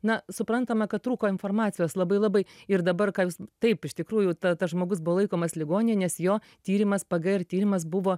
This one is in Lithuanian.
na suprantama kad trūko informacijos labai labai ir dabar ką jūs taip iš tikrųjų ta tas žmogus buvo laikomas ligoninėj nes jo tyrimas pgr tyrimas buvo